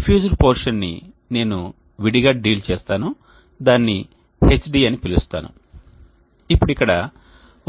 diffused పోర్షన్ని నేను విడిగా డీల్ చేస్తాను దానిని Hd అని పిలుస్తాను ఇప్పుడు ఇక్కడ